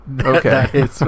Okay